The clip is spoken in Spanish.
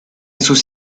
sus